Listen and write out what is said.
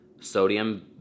sodium